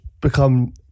become